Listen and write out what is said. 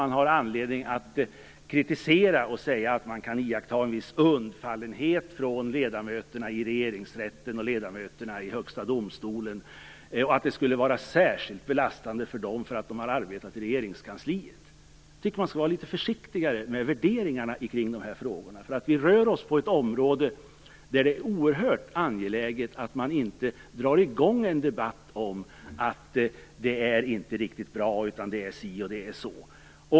Man har ingen anledning att kritisera och säga att man kan iaktta en viss undfallenhet från ledamöterna i Regeringsrätten och i Högsta domstolen och att det skulle vara särskilt belastande för dem att ha arbetat i Regeringskansliet. Jag tycker att man skall vara litet försiktigare med värderingarna i de här frågorna. Vi rör oss på ett område där det är oerhört angeläget att man inte drar i gång en debatt om att det inte är riktigt bra.